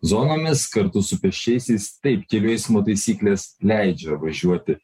zonomis kartu su pėsčiaisiais taip kelių eismo taisyklės leidžia važiuoti